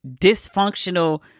dysfunctional